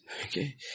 Okay